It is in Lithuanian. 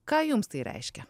ką jums tai reiškia